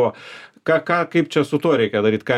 ką kaip čia su tuo reikia daryt ką reik žinot